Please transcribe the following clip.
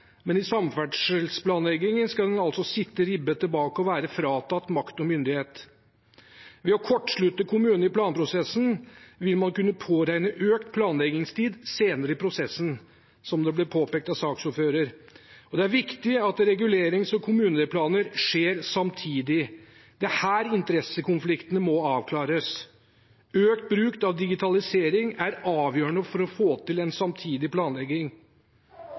men i samferdselsplanleggingen skal en altså sitte ribbet tilbake og være fratatt makt og myndighet. Ved å kortslutte kommunene i planprosessen vil man kunne påregne økt planleggingstid senere i prosessen, som det ble påpekt av saksordføreren. Det er viktig at regulerings- og kommuneplaner behandles samtidig. Det er her interessekonfliktene må avklares. Økt bruk av digitalisering er avgjørende for å få til samtidig planlegging.